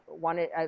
wanted